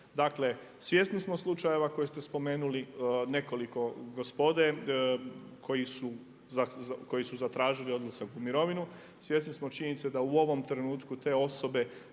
Dakle svjesni smo slučajeva koje ste spomenuli, nekoliko gospode koji su zatražili odlazak u mirovinu, svjesni smo činjenice da u ovom trenutku te osobe